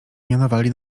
mianowali